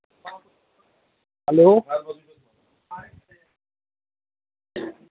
hello